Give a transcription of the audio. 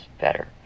better